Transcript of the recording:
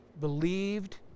believed